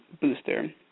booster